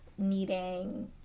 needing